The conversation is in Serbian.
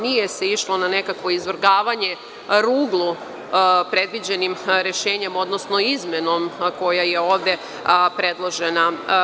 Nije se išlo na nekakvo izvrgavanje ruglu predviđenim rešenjem, odnosno izmenom koja je ovde predložena.